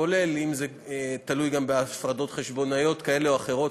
כולל אם זה תלוי גם בהפרדות חשבונאיות כאלה ואחרות,